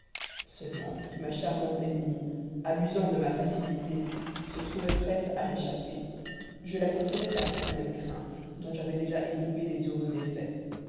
seulement si ma charmante ennemie abusant de ma facilité se trouvait prête à m'échapper je la contenais par cette même crainte dont j'avais déjà éprouvé les heureux effets